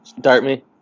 Dartme